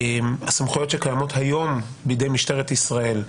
הסמכויות שקיימות היום בידי משטרת ישראל,